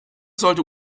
sollte